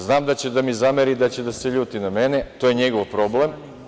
Znam da će da mi zameri i da se ljuti na mene, to je njegov problem.